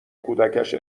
کودکش